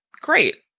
great